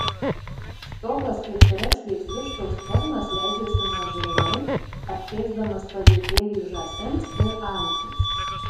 stogas kaip perekšlės vištos sparnas leidžiasi nuožulniai apkėsdamas pavietėlį žąsims ir antims